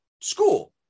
school